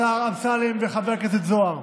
השר אמסלם וחבר הכנסת זוהר.